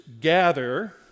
gather